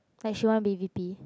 like should one be V_P